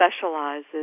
specializes